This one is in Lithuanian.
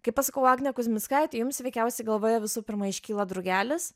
kai pasakau agnė kuzmickaitė jums veikiausiai galvoje visų pirma iškyla drugelis